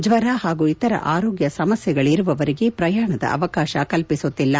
ಜ್ವರ ಹಾಗೂ ಇತರ ಆರೋಗ್ತ ಸಮಸ್ತೆಗಳರುವವರಿಗೆ ಪ್ರಯಾಣ ಅವಕಾಶ ಕಲಿಸುತ್ತಿಲ್ಲ